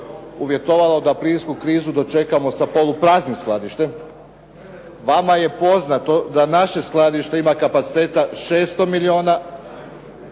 uvjetovalo da plinsku krizu dočekamo sa polupraznim skladištem. Vama je poznato da naše skladište ima kapaciteta 600 milijuna